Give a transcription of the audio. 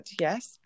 yes